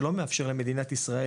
שלא מאפשר למדינת ישראל,